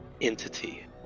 entity